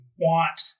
want